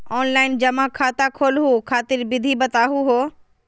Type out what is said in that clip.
Online जमा खाता खोलहु खातिर विधि बताहु हो?